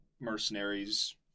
mercenaries